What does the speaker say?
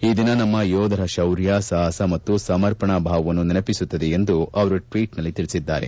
ಈ ದಿನ ನಮ್ಮ ಯೋಧರ ಶೌರ್ಯ ಸಾಹಸ ಮತ್ತು ಸಮರ್ಪಣಾಭಾವವನ್ನು ನೆನೆಪಿಸುತ್ತದೆ ಎಂದು ಅವರು ಟ್ವೀಟ್ನಲ್ಲಿ ತಿಳಿಸಿದ್ದಾರೆ